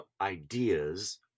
ideas